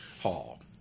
Hall